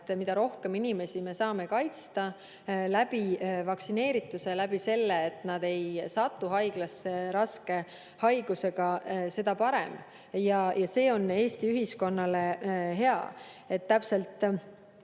mida rohkem inimesi me saame kaitsta vaktsineeritusega, sellega, et nad ei satu haiglasse raske haigusega, seda parem. See on Eesti ühiskonnale hea. Täpselt